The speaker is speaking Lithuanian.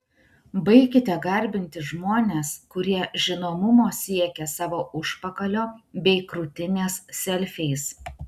baikite garbinti žmones kurie žinomumo siekia savo užpakalio bei krūtinės selfiais